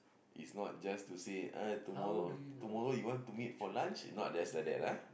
is not just to say eh tomorrow tomorrow you want to meet for lunch is not just like that ah